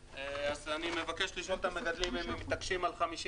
אז אני מבקש לשאול את המגדלים אם הם מתעקשים על 50